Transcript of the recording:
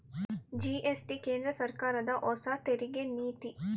GST ಕೇಂದ್ರ ಸರ್ಕಾರದ ಹೊಸ ತೆರಿಗೆ ನೀತಿ